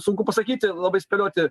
sunku pasakyti labai spėlioti